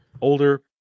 older